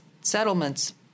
Settlements